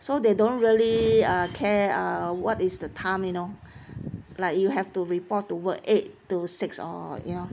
so they don't really ah care ah what is the time you know like you have to report to work eight to six or you know